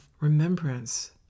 remembrance